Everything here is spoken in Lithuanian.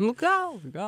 nu gal gal